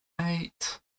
eight